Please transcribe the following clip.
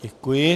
Děkuji.